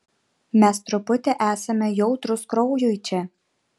mes truputį esame jautrūs kraujui čia